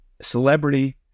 celebrity